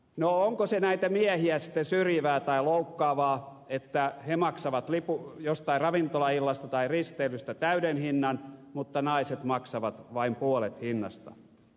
no onko se näitä miehiä sitten syrjivää tai loukkaavaa että he maksavat jostain ravintolaillasta tai risteilystä täyden hinnan mutta naiset maksavat vain puolet hinnasta